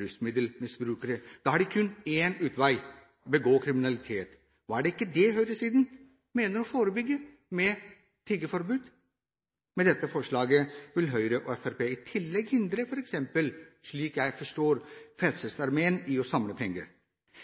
rusmiddelmisbrukere. Da har de kun en utvei: å begå kriminalitet. Er det ikke det høyresiden mener å forebygge ved tiggeforbud? Med dette forslaget vil Høyre og Fremskrittspartiet i tillegg hindre f.eks., slik jeg forstår, Frelsesarmeen i å samle inn penger.